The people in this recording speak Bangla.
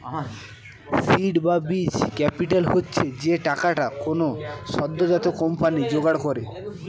সীড বা বীজ ক্যাপিটাল হচ্ছে যে টাকাটা কোনো সদ্যোজাত কোম্পানি জোগাড় করে